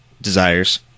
desires